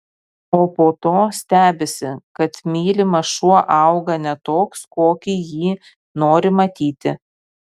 o po to stebisi kad mylimas šuo auga ne toks kokį jį nori matyti